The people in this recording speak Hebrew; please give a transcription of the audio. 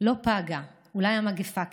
לא פגה, אולי המגפה כן.